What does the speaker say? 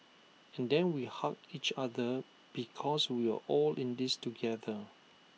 and then we hugged each other because we were all in this together